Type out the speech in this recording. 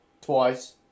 twice